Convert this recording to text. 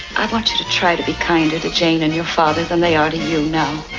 i want you to try to be kinder to jane and your fathers than they already, you know.